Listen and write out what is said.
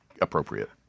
appropriate